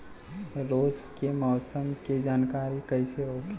रोज के मौसम के जानकारी कइसे होखि?